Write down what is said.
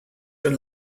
from